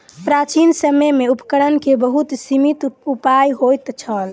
प्राचीन समय में उपकरण के बहुत सीमित उपाय होइत छल